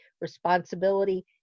responsibility